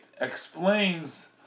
explains